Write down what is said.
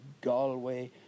Galway